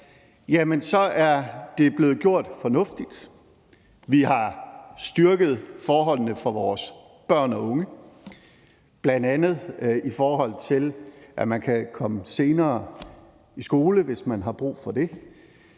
er – er det blevet gjort fornuftigt. Vi har styrket forholdene for vores børn og unge, bl.a. i forhold til at man kan komme senere i skole, hvis man har brug for det.